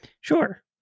Sure